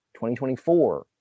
2024